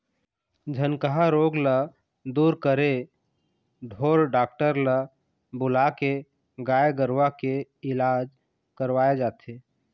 झनकहा रोग ल दूर करे ढोर डॉक्टर ल बुलाके गाय गरुवा के इलाज करवाय जाथे